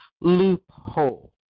loophole